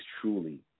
truly